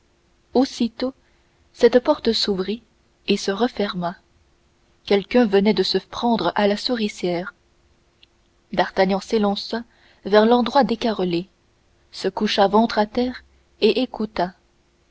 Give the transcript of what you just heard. aussitôt cette porte s'ouvrit et se referma quelqu'un venait de se prendre à la souricière d'artagnan s'élança vers l'endroit décarrelé se coucha ventre à terre et écouta